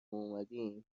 اومدیم